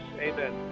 Amen